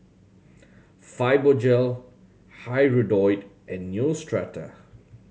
Fibogel Hirudoid and Neostrata